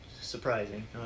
surprising